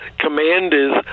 Commanders